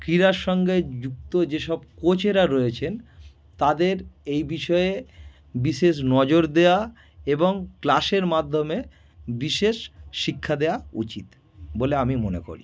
ক্রীড়ার সঙ্গে যুক্ত যেসব কোচেরা রয়েছেন তাদের এই বিষয়ে বিশেষ নজর দেওয়া এবং ক্লাসের মাধ্যমে বিশেষ শিক্ষা দেওয়া উচিত বলে আমি মনে করি